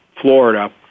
Florida